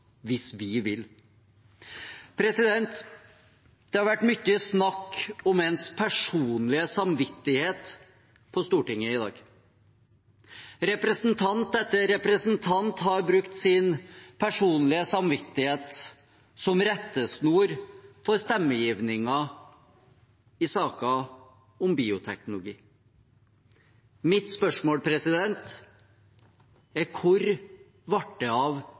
hvis vi vil. Det har vært mye snakk om personlig samvittighet på Stortinget i dag. Representant etter representant har brukt sin personlige samvittighet som rettesnor for stemmegivningen i saken om bioteknologi. Mitt spørsmål er: Hvor er det blitt av